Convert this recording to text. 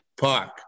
Park